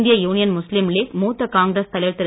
இந்திய union Muslim league மூத்த Congress தலைவர் திரு